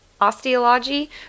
Osteology